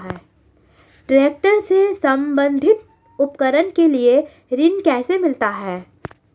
Tractor से संबंधित उपकरण के लिए ऋण कैसे मिलता है?